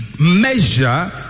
measure